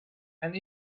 and